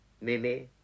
Mimi